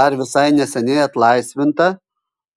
dar visai neseniai atlaisvinta